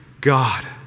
God